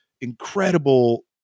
incredible